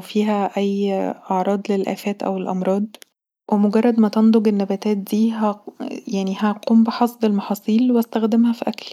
فيها اي اعراض للآفات او الامراض ومجرد ما تنضج النباتات دي هقوم بحصد المحاصيل وهستخدمها في اكلي